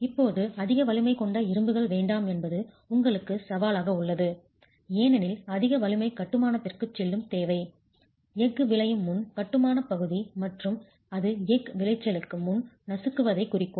இப்போது அதிக வலிமை கொண்ட இரும்புகள் வேண்டாம் என்பது உங்களுக்கு சவாலாக உள்ளது ஏனெனில் அதிக வலிமை கட்டுமானத்திற்க்கு செல்லும் தேவை எஃகு விளையும் முன் கட்டுமான பகுதி மற்றும் அது எஃகு விளைச்சலுக்கு முன் நசுக்குவதைக் குறிக்கும்